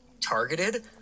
targeted